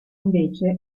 invece